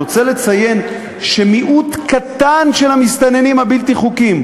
אני רוצה לציין שמיעוט קטן של המסתננים הבלתי-חוקיים,